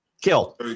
Kill